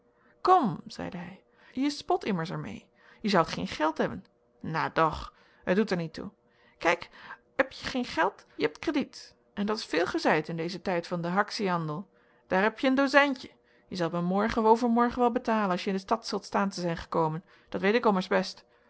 khom zeide hij je spot immers er meê je zoudt gheen gheld ebben nha doch et dhoet er niet toe khijk ep je gheen gheld je ept krediet en dat's veel gheseid in dhesen tijd van de hactie'andel daar ep je een dhozijntje je zelt me morghe of overmorghe wel bethalen as je in de stad zult sthaan te zijn gekhomen dat weet ik ommers best